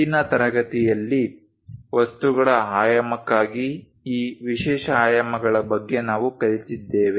ಇಂದಿನ ತರಗತಿಯಲ್ಲಿ ವಸ್ತುಗಳ ಆಯಾಮಕ್ಕಾಗಿ ಈ ವಿಶೇಷ ಆಯಾಮಗಳ ಬಗ್ಗೆ ನಾವು ಕಲಿತಿದ್ದೇವೆ